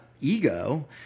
ego